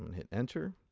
hit enter,